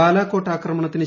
ബാലക്കോട്ട് ആക്രമണത്തിന്